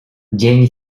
dzień